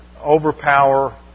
overpower